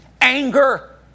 Anger